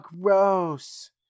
gross